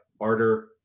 Arter